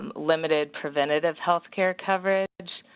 um limited preventive health care coverage,